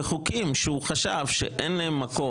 וחוקים שהוא חשב שאין להם מקום,